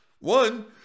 one